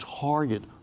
target